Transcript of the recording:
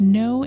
no